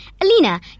Alina